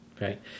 right